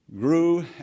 grew